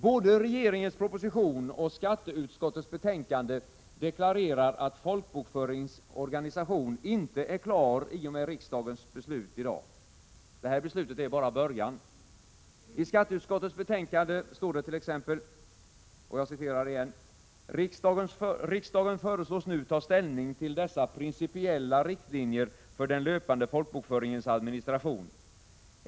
Både regeringens proposition och skatteutskottets betänkande deklarerar, att folkbokföringens organisation inte är klar i och med riksdagens beslut i dag. Det här beslutet är bara början. I skatteutskottets betänkande står det tex: ”Riksdagen föreslås nu ta ställning till dessa principiella riktlinjer för den löpande folkbokföringens administration.